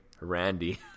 Randy